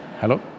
Hello